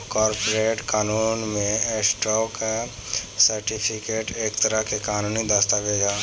corporate कानून में, stock certificate एक तरह के कानूनी दस्तावेज ह